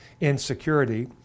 insecurity